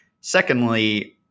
secondly